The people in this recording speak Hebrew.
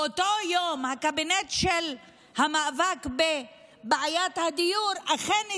באותו יום הקבינט של המאבק בבעיית הדיור אכן התכנס.